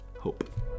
hope